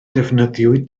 defnyddiwyd